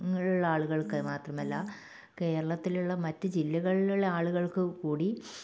ഉള്ള ആളുകൾക്ക് മാത്രമല്ല കേരളത്തിലുള്ള മറ്റു ജില്ലകളിലുള്ള ആളുകൾക്ക് കൂടി